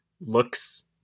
looks